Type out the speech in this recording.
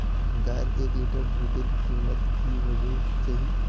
गायेर एक लीटर दूधेर कीमत की होबे चही?